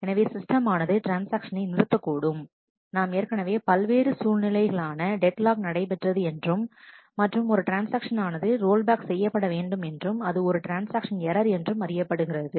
எனவே சிஸ்டம் ஆனது ட்ரான்ஸ்ஆக்ஷனை நிறுத்த கூடும் நாம் ஏற்கனவே பல்வேறு சூழ்நிலை நிலைகளான டெட்லாக் நடைபெற்றது என்றும் மற்றும் ஒரு ட்ரான்ஸ்ஆக்ஷன் ஆனது ரோல்பேக் செய்யப்பட வேண்டும் என்றும் அது ஒரு ட்ரான்ஸ்ஆக்ஷன் ஏரர் என்றும் அறியப்படுகிறது